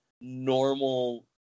normal